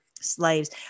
slaves